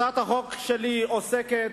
הצעת החוק שלי עוסקת